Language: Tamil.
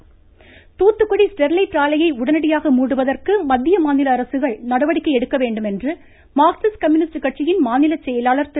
மமமமமம பாலகிருஷ்ணன் தூத்துக்குடி ஸ்டெர்லைட் ஆலையை உடனடியாக மூடுவதற்கு மத்திய மாநில அரசுகள் நடவடிக்கை எடுக்க வேண்டும் என்று மார்க்சிஸ்ட் கம்யூனிஸ்ட் கட்சியின் மாநிலச் செயலாளர் திரு